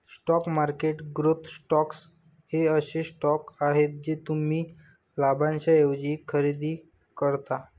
stock market growth stocks हे असे stocks आहेत जे तुम्ही लाभांशाऐवजी खरेदी करता